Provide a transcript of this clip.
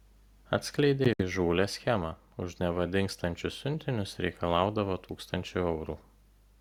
atskleidė įžūlią schemą už neva dingstančius siuntinius reikalaudavo tūkstančių eurų